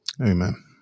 Amen